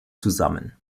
zusammen